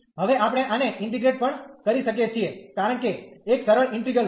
અને હવે આપણે આને ઇન્ટીગ્રેટ પણ કરી શકીએ છીએ કારણ કે એક સરળ ઈન્ટિગ્રલ